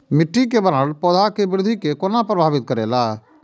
मिट्टी के बनावट पौधा के वृद्धि के कोना प्रभावित करेला?